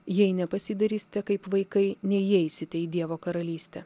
jei nepasidarysite kaip vaikai neįeisite į dievo karalystę